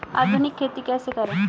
आधुनिक खेती कैसे करें?